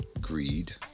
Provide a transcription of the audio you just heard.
greed